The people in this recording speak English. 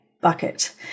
bucket